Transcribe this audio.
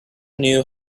knew